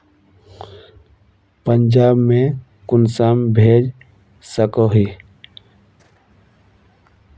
पंजाब में कुंसम भेज सकोही?